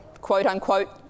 quote-unquote